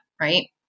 right